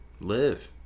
live